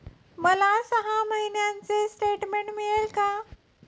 मला सहा महिन्यांचे स्टेटमेंट मिळेल का?